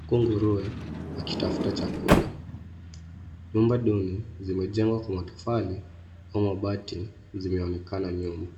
huku nguruwe akitafuta chakula. Nyumba duni zimejengwa kwa matofali au mabati zimeonekana nyuma.